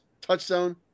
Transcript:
touchdown